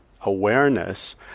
awareness